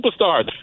superstars